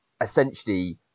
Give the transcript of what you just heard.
essentially